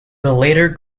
later